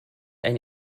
ein